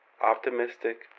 Optimistic